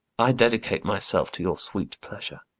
i dedicate myself to your sweet pleasure,